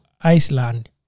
Iceland